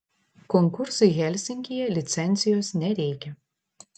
konkursui helsinkyje licencijos nereikia